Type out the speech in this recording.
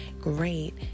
Great